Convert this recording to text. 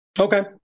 Okay